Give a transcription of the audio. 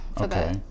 okay